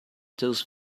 those